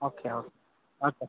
okay okay okay